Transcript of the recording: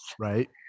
Right